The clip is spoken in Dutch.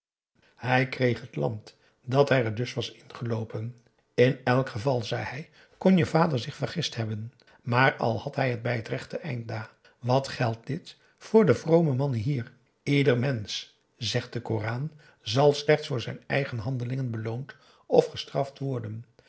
hij kreeg het land dat hij er dus was ingeloopen in elk geval zei hij kon je vader zich vergist hebben maar al had hij het bij t rechte eind dah wat geldt dit voor de vrome mannen hier ieder mensch zegt de koran zal slechts voor zijn eigen handelingen beloond of gestraft worden